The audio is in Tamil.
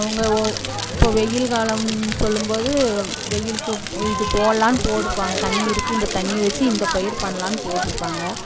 அவங்க ஓ இப்போ வெயில் காலம்னு சொல்லும்போது வெயிலுக்கு இது போடலாம்னு போடுப்பாங்க தண்ணி இருக்குது இந்த தண்ணியை வெச்சு இந்த பயிர் பண்ணலான்னு போட்டிருப்பாங்க